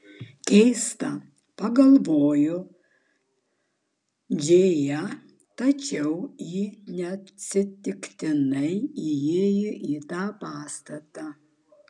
keista pagalvojo džėja tačiau ji neatsitiktinai įėjo į tą pastatą